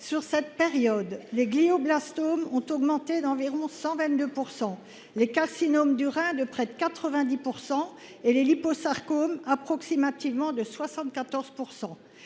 Sur cette période, les glioblastomes ont augmenté de 122 %, les carcinomes du rein de près de 90 % et les liposarcomes de 74 %.